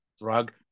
drug